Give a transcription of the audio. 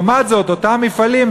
לעומת זאת אותם מפעלים,